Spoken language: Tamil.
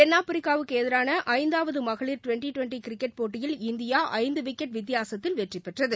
தென்னாப்பிரிக்காவுக்கு எதிரான ஐந்தாவது மகளிர் டிவெண்டி டிவெண்டி கிரிக்கெட் போட்டியில் இந்தியா ஐந்து விக்கெட் வித்தியாசத்தில் வெற்றி பெற்றது